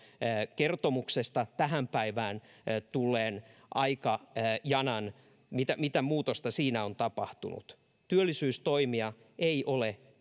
kertomuksesta tähän päivään tulleen aikajanan mitä mitä muutosta siinä on tapahtunut työllisyystoimia ei ole